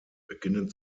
beginnen